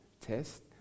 test